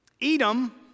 Edom